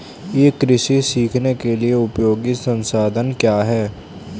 ई कृषि सीखने के लिए उपयोगी संसाधन क्या हैं?